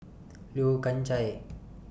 Yeo Kian Chye